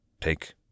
Take